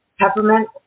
peppermint